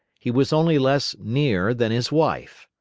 he was only less near than his wife.